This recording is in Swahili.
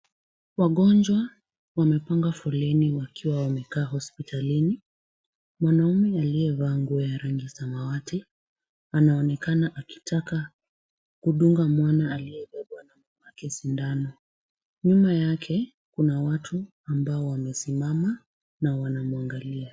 Wagonjwa wamepanga foleni wakiwa wamekaa hospitalini. Mwanaume aliyevaa nguo ya rangi samawati, anaonekana akitaka kudunga mwana aliyebebwa na mamake sindano. Nyuma yake, kuna watu ambao wamesimama na wanamuangalia.